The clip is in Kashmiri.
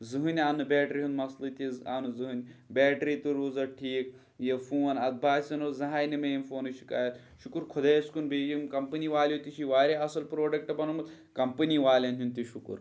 زٕہٕنۍ آو نہٕ بیٹرٛی ہُنٛد مَسلہٕ تہِ آو نہٕ زٕہٕنۍ بیٹرٛی روٗز اَتھ ٹھیٖک یہِ فون اَتھ باسیٚو نہٕ زانٛہہ آیہِ نہٕ مےٚ ییٚمہِ فونٕچ شکایت شُکُر خۄدایَس کُن بیٚیہِ ییٚم کَمپٔنی والیو تہِ چھِ واریاہ اَصٕل پرٛوڈَکٹ بنومُت کَمپٔنی والٮ۪ن ہُںٛد تہِ شُکُر